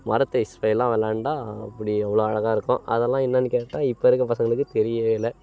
மரத்து ஐஸ்ஃபைலாம் விளாண்டா அப்படி அவ்வளோ அழகாக இருக்கும் அதெல்லாம் என்னான்னு கேட்டால் இப்போ இருக்கற பசங்களுக்கு தெரியவே இல்லை